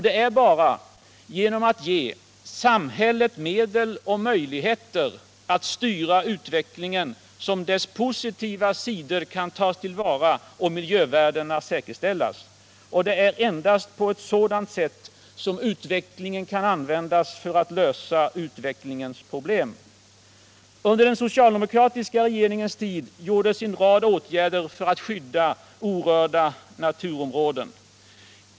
Det är bara genom att ge samhället medel och möjligheter att styra utvecklingen som dess positiva sidor kan tas till vara och miljövärdena säkerställas. Det är endast på sådant sätt som utvecklingen kan användas för att lösa utvecklingens problem. Under den socialdemokratiska regeringens tid vidtogs en rad åtgärder för att skydda orörda naturområden.